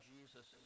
Jesus